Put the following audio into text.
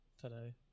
today